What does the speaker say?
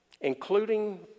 Including